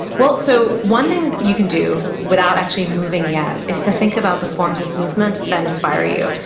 well, so, one thing you can do without actually moving yet is to think about the forms of movement that inspire you.